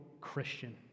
Christian